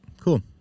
Cool